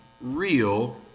real